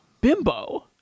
Bimbo